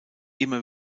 immer